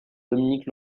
dominique